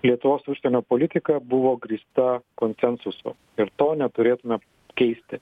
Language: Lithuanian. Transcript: lietuvos užsienio politika buvo grįsta konsensusu ir to neturėtume keisti